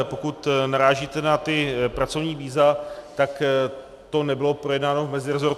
Pokud narážíte na ta pracovní víza, tak to nebylo projednáno v mezirezortu.